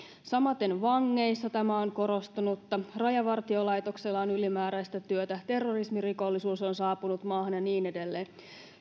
samaten vangeissa tämä on korostunutta rajavartiolaitoksella on ylimääräistä työtä terrorismirikollisuus on saapunut maahan ja niin edelleen